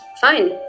fine